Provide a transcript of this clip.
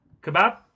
Kebab